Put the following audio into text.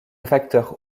facteur